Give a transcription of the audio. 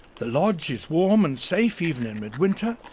the lodge is warm and safe, even in midwinter,